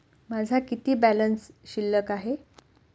माझा किती बॅलन्स शिल्लक आहे?